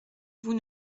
vous